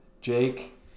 Jake